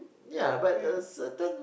ya but a certain